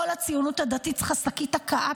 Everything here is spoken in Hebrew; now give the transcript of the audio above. כל הציונות הדתית צריכה שקית ההקאה